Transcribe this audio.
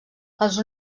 els